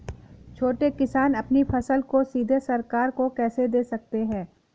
छोटे किसान अपनी फसल को सीधे सरकार को कैसे दे सकते हैं?